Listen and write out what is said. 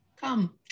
Come